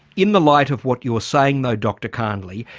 in the light of what you're saying though dr carnley,